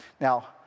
Now